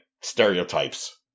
stereotypes